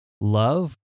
love